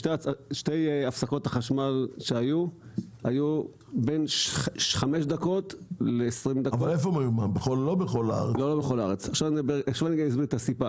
הפסקות חשמל נרחבות התרחשו שוב ברחבי הארץ",